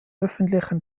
öffentlichen